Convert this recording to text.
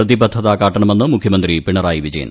പ്രതിബദ്ധത കാട്ടണമെന്ന് മുഖ്യമന്ത്രി പിണറായി വിജയൻ